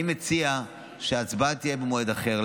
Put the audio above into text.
אני מציע שההצבעה תהיה במועד אחר.